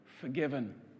forgiven